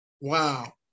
Wow